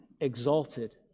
exalted